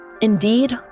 Indeed